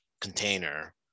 container